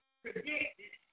predicted